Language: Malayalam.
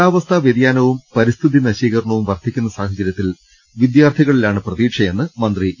കാലാവസ്ഥാ വ്യതിയാനവും പരിസ്ഥിതി നശീകരണവും വർദ്ധി ക്കുന്ന സാഹചര്യത്തിൽ വിദ്യാർത്ഥികളിലാണ് പ്രതീക്ഷയെന്ന് മന്ത്രി ഇ